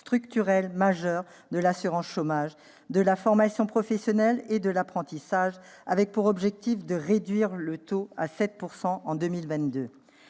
structurelle majeure de l'assurance chômage, de la formation professionnelle et de l'apprentissage, avec pour objectif de réduire le taux de